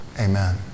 amen